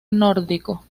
nórdico